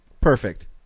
Perfect